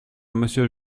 monsieur